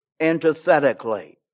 antithetically